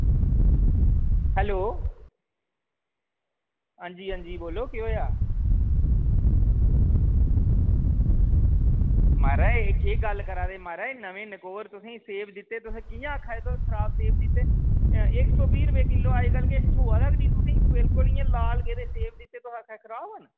hello हां जी हां जी बोलो केह् होएआ माराज एह् केह् गल्ल करै दे माराज नमें नकोर तुसेंगी सेब दित्ते तुस कि'यां आक्खा दे तुस कि खराब सेब निकले इक सौ बीह् रपेऽ किलो तुसें ई थ्होआ दा निं कोई इक ओह् इयां ओह् लाल गेदे सेब दित्ते तुस आक्खा दे खराब निकले